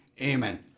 Amen